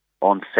on